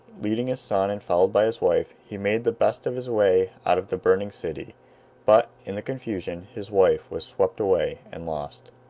leading his son and followed by his wife, he made the best of his way out of the burning city but, in the confusion, his wife was swept away and lost.